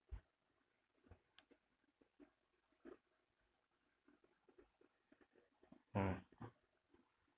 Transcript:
mm